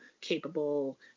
capable